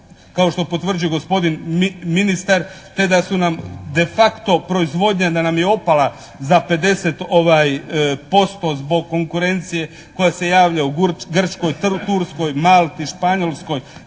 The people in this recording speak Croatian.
kao što potvrđuje gospodin ministar, te da su nam de facto proizvodnja da nam je opala za 50% zbog konkurencije koja se javlja u Grčkoj, Turskoj, Malti, Španjolskoj,